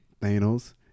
Thanos